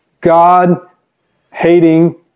God-hating